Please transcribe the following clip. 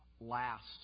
last